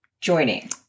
joining